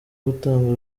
gutanga